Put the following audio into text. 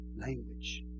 language